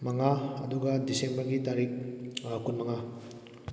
ꯃꯉꯥ ꯑꯗꯨꯒ ꯗꯤꯁꯦꯝꯕꯔꯒꯤ ꯇꯥꯔꯤꯛ ꯀꯨꯟ ꯃꯉꯥ